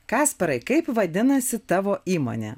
kasparai kaip vadinasi tavo įmonė